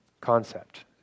concept